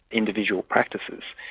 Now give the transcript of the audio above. individual practices,